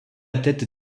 tête